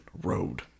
road